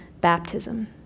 baptism